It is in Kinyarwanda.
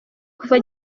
kuva